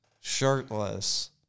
shirtless